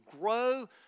grow